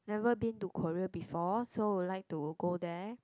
never been to Korea before so would like to go there